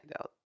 out